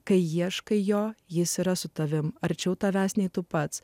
kai ieškai jo jis yra su tavimi arčiau tavęs nei tu pats